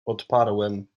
odparłem